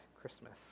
christmas